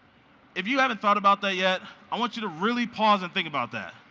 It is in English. if you haven't thought about that yet, i want you to really pause and think about that